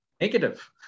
Negative